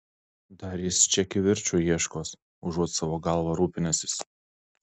dar jis čia kivirču ieškos užuot savo galva rūpinęsis